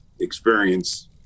experience